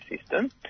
system